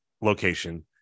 location